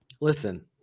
listen